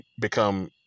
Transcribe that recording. become